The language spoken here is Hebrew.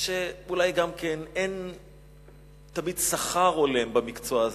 שאולי גם אין תמיד שכר הולם במקצוע הזה.